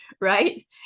Right